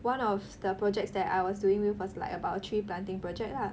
one of the projects that I was doing with was like about a tree planting project lah